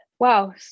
Wow